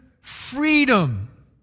freedom